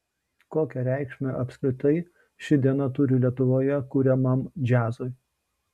kokią reikšmę apskritai ši diena turi lietuvoje kuriamam džiazui